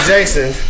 Jason